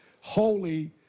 holy